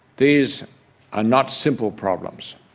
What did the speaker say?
these are not simple problems.